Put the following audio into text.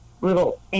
little